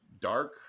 dark